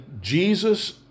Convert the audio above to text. Jesus